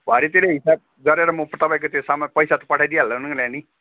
भरैतिर हिसाब गरेर म तपाईँको त्यो सामान पैसा त पठाइदिइहालौँला नि